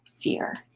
fear